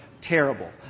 terrible